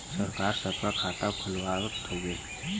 सरकार सबका खाता खुलवावत हउवे